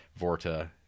Vorta